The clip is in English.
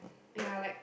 ya like